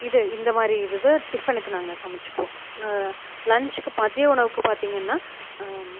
இது இந்த மாதிரி இது தான் டிஃபனுக்கு நாங்கள் சமச்சுக்குவோம் லஞ்சிக்கு மத்திய உணவுக்கு பார்த்தீங்கன்னா